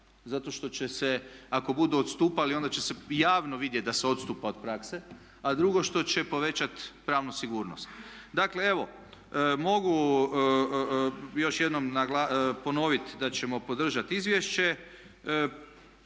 zato što će se ako budu odstupali onda će se javno vidjeti da se odstupa od prakse a drugo što će povećati pravnu sigurnost. Dakle evo, mogu još jednom ponoviti da ćemo podržati izvješće